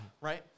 Right